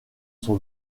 son